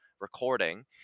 recording